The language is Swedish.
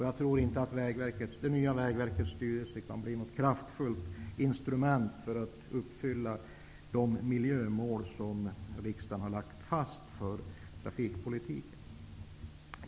Jag tror inte att det nya Vägverkets styrelse kan bli något kraftfullt instrument för att uppfylla de miljömål som riksdagen har lagt fast för trafikpolitiken.